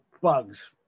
bugs